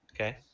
Okay